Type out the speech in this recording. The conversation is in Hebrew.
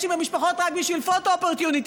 עם המשפחות רק בשביל photo opportunity,